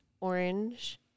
orange